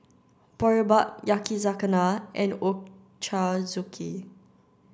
Boribap Yakizakana and Ochazuke